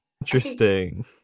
interesting